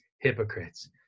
hypocrites